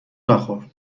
نخور